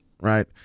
Right